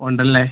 ഉണ്ടല്ലേ